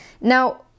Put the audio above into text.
Now